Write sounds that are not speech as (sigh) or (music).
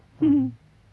(laughs)